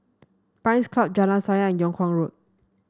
Pines Club Jalan Sayang Yung Kuang Road